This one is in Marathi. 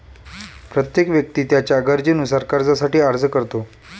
प्रत्येक व्यक्ती त्याच्या गरजेनुसार कर्जासाठी अर्ज करतो